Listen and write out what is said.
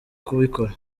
kubikora